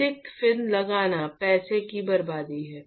अतिरिक्त फिन लगाना पैसे की बर्बादी है